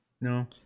No